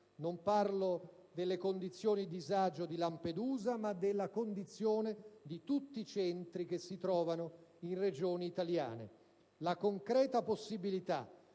Non parlo delle condizioni di disagio di Lampedusa, ma della condizione di tutti i centri che si trovano in regioni italiane. La concreta possibilità